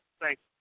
Thanks